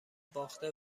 باخته